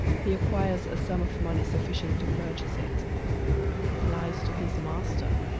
he acquires a sum of money sufficient to purchase it applies to his master,